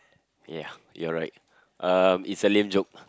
ya you are right um it's a lame joke